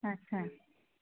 আচছা